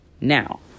Now